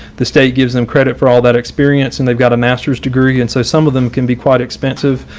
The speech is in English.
the state gives them credit for all that experience, and they've got a master's degree. and so some of them can be quite expensive.